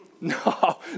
No